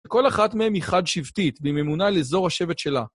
וכל אחת מהן היא חד שבטית, היא ממונה לאזור השבט שלה.